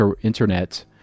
internet